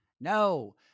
No